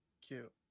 Cute